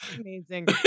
Amazing